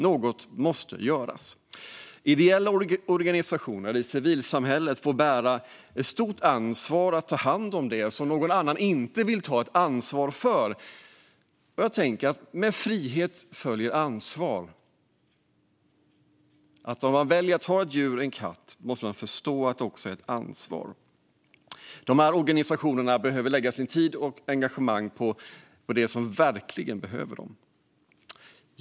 Något måste göras. Ideella organisationer i civilsamhället får bära ett stort ansvar för att ta hand om det som någon annan inte vill ta ansvar för. Med frihet följer ansvar. Om man väljer att ha ett djur, en katt, måste man förstå att det också är ett ansvar. Dessa organisationer behöver lägga sin tid och sitt engagemang på dem som verkligen behöver dem. Fru talman!